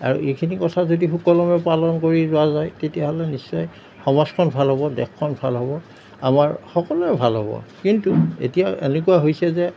আৰু এইখিনি কথা যদি সুকলমে পালন কৰি যোৱা যায় তেতিয়াহ'লে নিশ্চয় সমাজখন ভাল হ'ব দেশখন ভাল হ'ব আমাৰ সকলোৱে ভাল হ'ব কিন্তু এতিয়া এনেকুৱা হৈছে যে